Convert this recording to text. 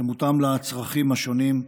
שמותאם לצרכים השונים,